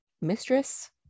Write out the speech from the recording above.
mistress